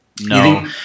No